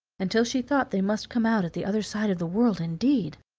until she thought they must come out at the other side of the world indeed,